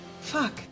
Fuck